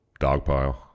Dogpile